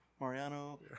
Mariano